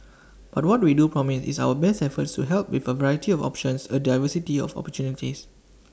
but what we do promise is our best efforts to help with A variety of options A diversity of opportunities